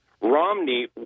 Romney